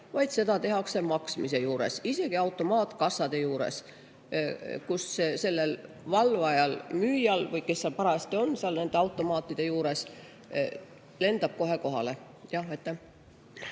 vaid seda tehakse maksmise juures, isegi automaatkassade juures, kus valvaja müüja või kes seal parajasti on, nende automaatide juures, lendab kohe kohale.